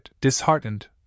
disheartened